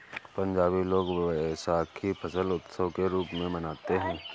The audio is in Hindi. पंजाबी लोग वैशाखी फसल उत्सव के रूप में मनाते हैं